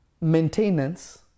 maintenance